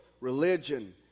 Religion